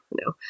No